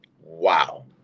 Wow